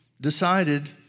decided